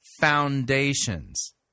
foundations